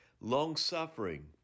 long-suffering